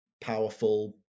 powerful